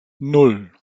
nan